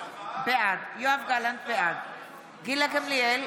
בעד גילה גמליאל,